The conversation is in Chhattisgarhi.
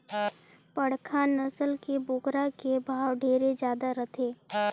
बड़खा नसल के बोकरा के भाव ढेरे जादा रथे